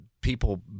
people